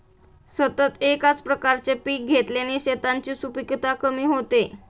सतत एकाच प्रकारचे पीक घेतल्याने शेतांची सुपीकता कमी होते